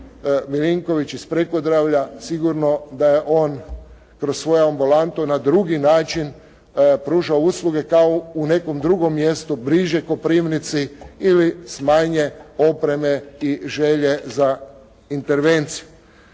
Milinović iz Pripodravlja sigurno da je on kroz svoju ambulantu na drugi način pružao usluge kao u nekom drugom mjestu bliže Koprivnici ili s manje opreme i želje za intervencijom.